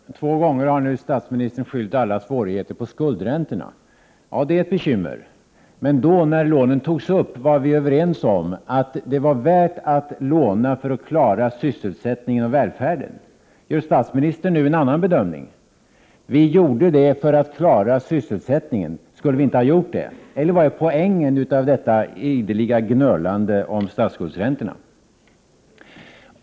Herr talman! Två gånger har nu statsministern skyllt alla svårigheter på skuldräntorna. De är ett bekymmer. Men då, när lånen togs, var vi överens om att det var värt att låna för att klara sysselsättningen och välfärden. Gör statsministern nu en annan bedömning? Vi gjorde det för att klara sysselsättningen. Skulle vi inte ha gjort det? Eller vad är poängen i detta ideliga gnölande om statsskuldräntorna?